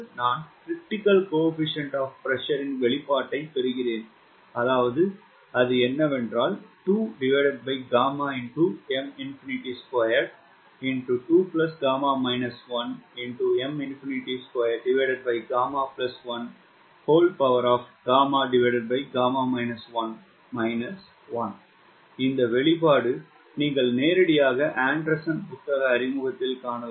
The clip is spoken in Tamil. நான் 𝐶PCR இன் வெளிப்பாட்டைப் பெறுகிறேன் இந்த வெளிப்பாடு நீங்கள் நேரடியாக ஆண்டர்சன் புத்தக அறிமுகத்தில் காணலாம்